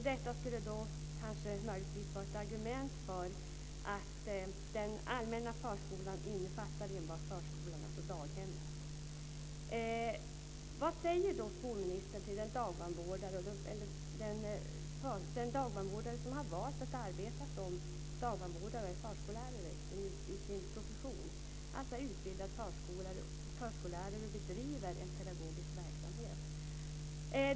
Detta skulle då möjligtvis vara ett argument för att den allmänna förskolan enbart innefattar daghemmen. Vad svarar då skolministern till en utbildad förskollärare som bedriver en pedagogisk verksamhet, men som har valt att arbeta som dagbarnvårdare i sin profession?